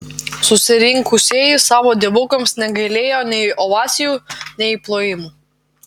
susirinkusieji savo dievukams negailėjo nei ovacijų nei plojimų